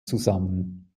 zusammen